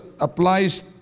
applies